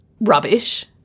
rubbish